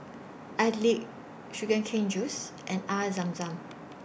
Idly Sugar Cane Juice and Air Zam Zam